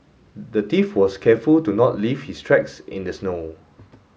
the thief was careful to not leave his tracks in the snow